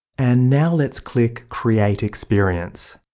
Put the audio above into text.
and now let's click create experience.